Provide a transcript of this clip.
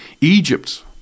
Egypt